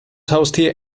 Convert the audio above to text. haustier